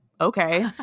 okay